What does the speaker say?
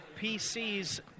PC's